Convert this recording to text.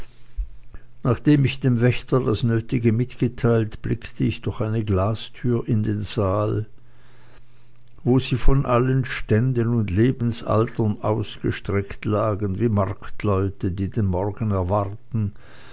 nachdem ich dem wächter das nötige mitgeteilt blickte ich durch eine glastüre in den saal wo sie von allen ständen und lebensaltern ausgestreckt lagen wie marktleute die den morgen erwarten